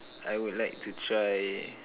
I would like to try